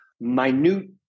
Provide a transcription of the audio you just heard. minute